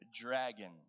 dragon